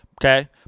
Okay